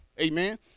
Amen